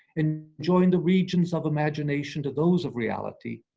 and join the regions of imagination to those of reality,